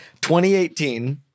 2018